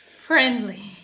friendly